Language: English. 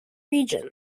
region